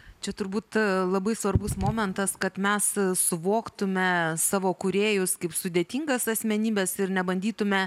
čia turbūt svarbus momentas kad mes suvoktume savo kūrėjus kaip sudėtingas asmenybes ir nebandytume